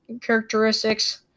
characteristics